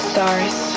stars